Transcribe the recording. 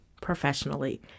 professionally